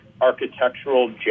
architectural